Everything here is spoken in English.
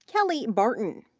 kelly barton.